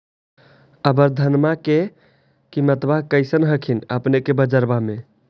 अबर धानमा के किमत्बा कैसन हखिन अपने के बजरबा में?